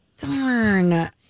Darn